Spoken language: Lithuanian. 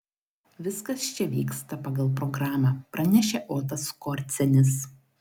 viskas čia vyksta pagal programą pranešė otas skorcenis